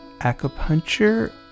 acupuncture